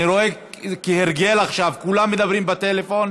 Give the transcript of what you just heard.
אני רואה שכהרגל עכשיו כולם מדברים בטלפון.